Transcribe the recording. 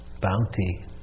bounty